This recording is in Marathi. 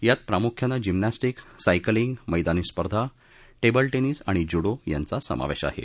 यात प्रामुख्यानं जिम्नस्ठीक सायकलींग मैदानी स्पर्धा टेबल टेनिस आणि ज्युडो यांचा समावेश आहे